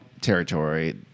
territory